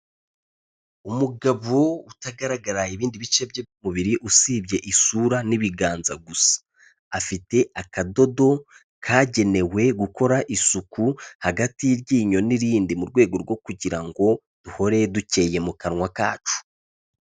Umugabo utagaragara ibindi bice bye by'umubiri usibye isura n'ibiganza gusa, afite akadodo kagenewe gukora isuku hagati y'iryinyo n'irindi mu rwego rwo kugira ngo duhore dukeye mu kanwa kacu.